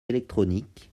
électroniques